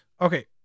Okay